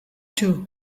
too